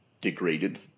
degraded